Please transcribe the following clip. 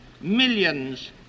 millions